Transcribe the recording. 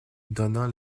donnant